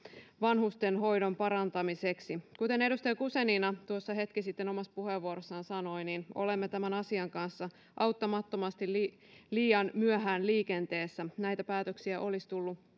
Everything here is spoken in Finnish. vanhustenhoidon parantamiseksi kuten edustaja guzenina hetki sitten omassa puheenvuorossaan sanoi niin olemme tämän asian kanssa auttamattomasti liian myöhään liikenteessä näitä päätöksiä olisi tullut